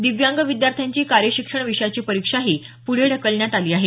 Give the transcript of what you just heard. दिव्यांग विद्यार्थ्यांची कार्यशिक्षण विषयाची परीक्षाही पुढे ढकलण्यात आली आहे